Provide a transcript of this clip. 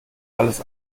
alles